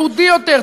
יהודי יותר,